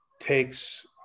takes